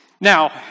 Now